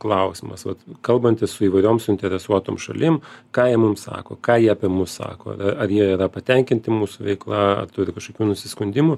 klausimas vat kalbantis su įvairiom suinteresuotom šalim ką jie mum sako ką jie apie mus sako ar jie yra patenkinti mūsų veikla ar turi kažkokių nusiskundimų